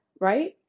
right